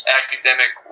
academic